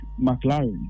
McLaren